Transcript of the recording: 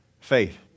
faith